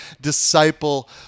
disciple